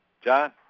John